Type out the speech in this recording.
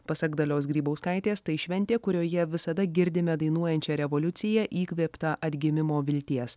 pasak dalios grybauskaitės tai šventė kurioje visada girdime dainuojančią revoliuciją įkvėptą atgimimo vilties